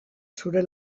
zure